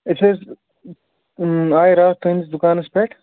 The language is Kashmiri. أسۍ حظ آے راتھ تٕہٕنٛدِس دُکانَس پٮ۪ٹھ